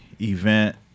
event